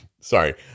sorry